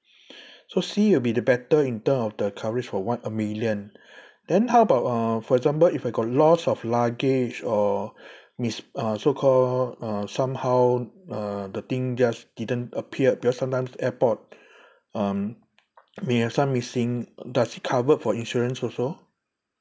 so C will be the better in term of the coverage for one million then how about uh for example if I got loss of luggage or mis~ uh so call uh somehow uh the thing just didn't appear because sometimes airport um may have some missing does it cover for insurance also